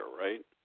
right